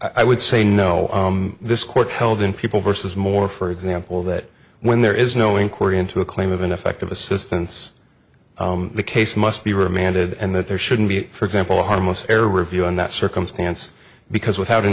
i would say no this court held in people versus more for example that when there is no inquiry into a claim of ineffective assistance the case must be remanded and that there shouldn't be for example a harmless error review in that circumstance because without a